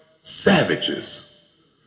Savages